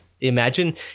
imagine